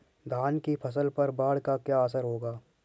धान की फसल पर बाढ़ का क्या असर होगा?